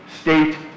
state